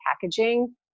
packaging